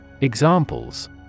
Examples